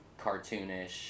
cartoonish